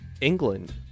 England